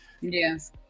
yes